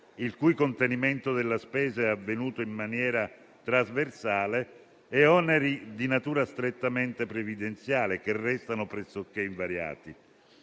il cui contenimento della spesa è avvenuto in maniera trasversale, e oneri di natura strettamente previdenziale, che restano pressoché invariati.